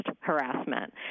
harassment